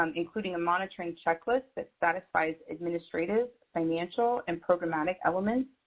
um including a monitoring checklist that satisfies administrative, financial, and programmatic elements,